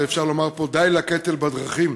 ואפשר לומר פה: די לקטל בדרכים.